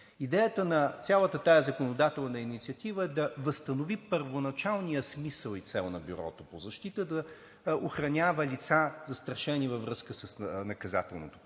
Идеята на цялата тази законодателна инициатива е да възстанови първоначалния смисъл и цел на Бюрото по защита да охранява лица, застрашени във връзка с наказателното